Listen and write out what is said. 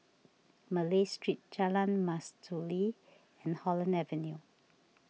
Malay Street Jalan Mastuli and Holland Avenue